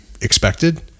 expected